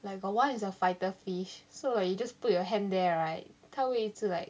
like got one is a fighter fish so like you just put your hand there right 他会一直 like